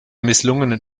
misslungenen